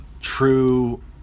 true